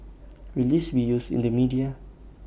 will this be used in the media